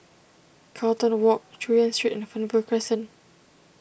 Carlton Walk Chu Yen Street and Fernvale Crescent